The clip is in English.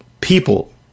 people